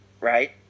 right